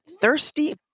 thirsty